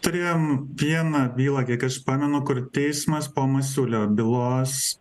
turėjom vieną bylą kiek aš pamenu kur teismas po masiulio bylos